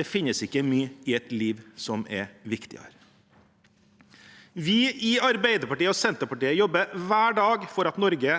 Det finnes ikke mye i et liv som er viktigere. Vi i Arbeiderpartiet og Senterpartiet jobber hver dag for at Norge